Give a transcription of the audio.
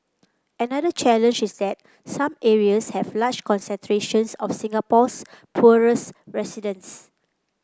another challenge is that some areas have large concentrations of Singapore's poorest residents